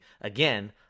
again